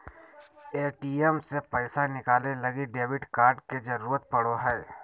ATM से पैसा निकाले लगी डेबिट कार्ड के जरूरत पड़ो हय